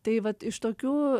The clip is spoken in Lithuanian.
tai vat iš tokių